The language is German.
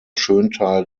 schöntal